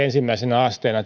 ensimmäisenä asteena